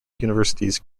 universities